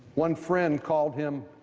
one friend called him,